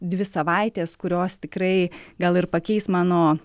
dvi savaitės kurios tikrai gal ir pakeis mano